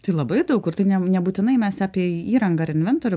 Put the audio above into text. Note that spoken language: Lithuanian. tai labai daug kur tai ne nebūtinai mes apie įrangą inventorių